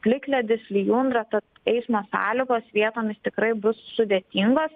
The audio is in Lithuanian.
plikledis lijundra tad eismo sąlygos vietomis tikrai bus sudėtingos